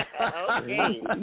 Okay